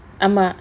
ஆமா:aamaa